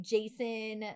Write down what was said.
Jason